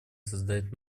создать